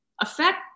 Affect